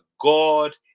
god